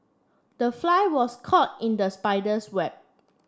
the fly was caught in the spider's web